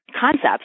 concepts